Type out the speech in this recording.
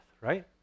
right